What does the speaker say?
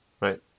right